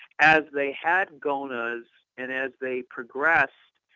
as they had gonas and as they progressed,